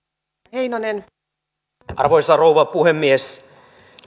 arvoisa rouva puhemies